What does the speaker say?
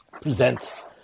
presents